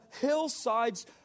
hillsides